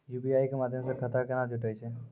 UPI के माध्यम से खाता केना जुटैय छै?